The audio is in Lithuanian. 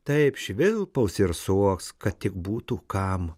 taip švilpaus ir suoks kad tik būtų kam